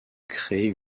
créer